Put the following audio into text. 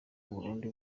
bundi